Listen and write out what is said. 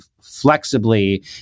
flexibly